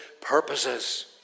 purposes